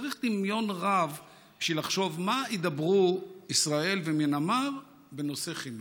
צריך דמיון רב בשביל לחשוב על מה ידברו ישראל ומיאנמר בנושא החינוך.